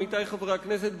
עמיתי חברי הכנסת,